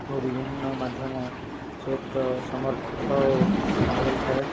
ଓ ବିଭିନ୍ନ ମାଧ୍ୟମ ସହିତ ସମର୍ଥ ଓ କରିଥାଏ